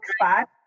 spot